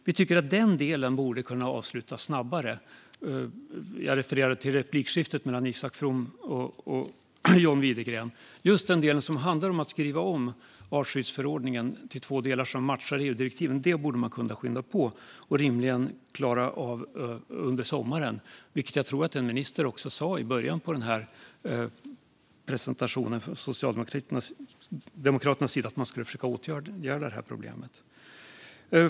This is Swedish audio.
Vi tycker att den delen borde kunna avslutas snabbare. Jag refererar till replikskiftet mellan Isak From och John Widegren i frågan. Att skriva om artskyddsförordningen till två delar som matchar EU-direktiven borde man kunna skynda på och rimligen klara av under sommaren. Jag tror att en socialdemokratisk minister sa så i början när man presenterade att man skulle försöka åtgärda problemet.